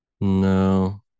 No